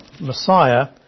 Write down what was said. Messiah